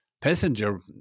passenger